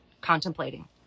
contemplating